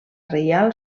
reial